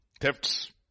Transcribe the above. Thefts